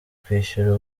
kwishyura